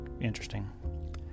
interesting